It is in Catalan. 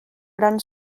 gran